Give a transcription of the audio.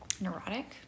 Neurotic